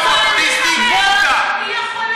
לא פופוליסטי, עובדה.